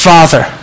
Father